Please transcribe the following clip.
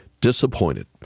disappointed